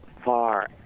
far